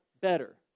better